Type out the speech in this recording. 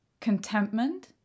contentment